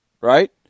right